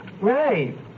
Right